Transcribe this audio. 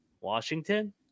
Washington